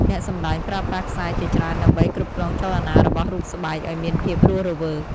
អ្នកសម្ដែងប្រើប្រាស់ខ្សែជាច្រើនដើម្បីគ្រប់គ្រងចលនារបស់រូបស្បែកឱ្យមានភាពរស់រវើក។